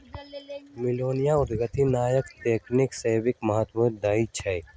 मिलेनिया उद्यमिता नयका तकनी सभके महत्व देइ छइ